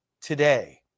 today